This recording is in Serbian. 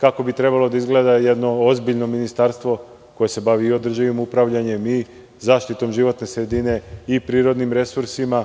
kako bi trebalo da izgleda jedno ozbiljno ministarstvo koje se bavi održivim upravljanjem i zaštitom životne sredine, i prirodnim resursima,